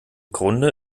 grunde